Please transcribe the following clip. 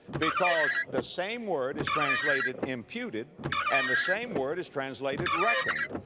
because the same word is translated imputed and the same word is translated reckoned.